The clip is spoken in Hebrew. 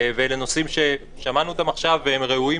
אלה נושאים ששמענו אותם עכשיו והם ראויים